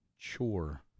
Chore